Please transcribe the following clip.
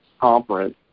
conference